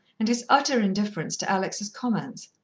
and his utter indifference to alex's comments.